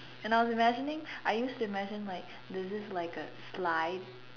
and I was imagining I used to imagine like there's this like a slide